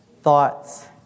thoughts